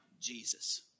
Jesus